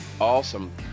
awesome